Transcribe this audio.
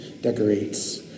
decorates